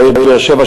בעיר באר-שבע,